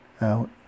out